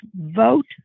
vote